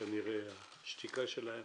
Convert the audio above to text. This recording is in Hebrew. כנראה השתיקה שלהם